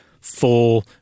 full